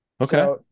Okay